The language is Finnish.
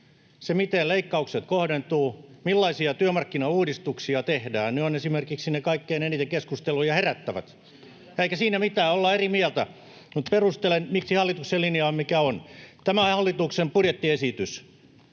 se, miten leikkaukset kohdentuvat, millaisia työmarkkinauudistuksia tehdään. Ne ovat esimerkiksi ne kaikkein eniten keskusteluja herättävät. Eikä siinä mitään, ollaan eri mieltä, mutta perustelen, miksi hallituksen linja on, mikä on. Tämä hallituksen budjettiesitys